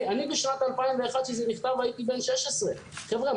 אני בשנת 2001 שזה נכתב הייתי בן 16. חבר'ה,